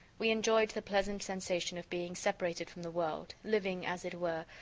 we enjoyed the pleasant sensation of being separated from the world, living as it were,